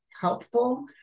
helpful